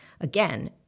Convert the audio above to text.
Again